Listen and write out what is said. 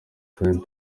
kandi